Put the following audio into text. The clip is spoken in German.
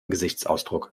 gesichtsausdruck